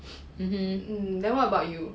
um then what about you